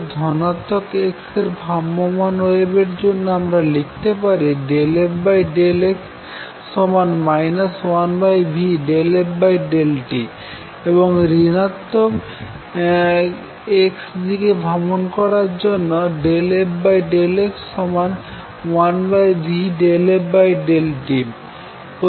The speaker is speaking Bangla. ধনাত্মক x এর দিকে ভ্রাম্যমাণ ওয়েভের জন্য আমরা লিখতে পারি ∂f∂x 1v∂ft এবং ঋণাত্মক x দিকে ভ্রাম্যমাণ ওয়েভের জন্য ∂f∂x1v∂f∂t